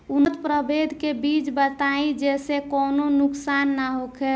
उन्नत प्रभेद के बीज बताई जेसे कौनो नुकसान न होखे?